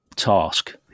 task